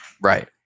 Right